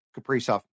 kaprizov